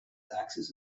axis